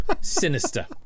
Sinister